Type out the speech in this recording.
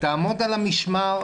תעמוד על המשמר.